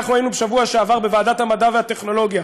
היינו בשבוע שעבר בוועדת המדע והטכנולוגיה,